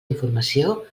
informació